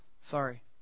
Sorry